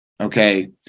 Okay